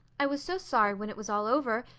i was so sorry when it was all over,